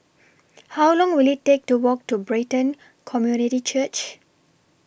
How Long Will IT Take to Walk to Brighton Community Church